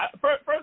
First